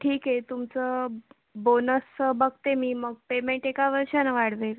ठीक आहे तुमचं बोनसचं बघते मी मग पेमेंट एका वर्षानं वाढवेल